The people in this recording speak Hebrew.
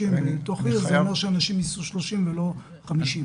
בתוך עיר זה אומר שהאנשים ייסעו 30 ולא 50 קמ"ש.